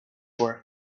were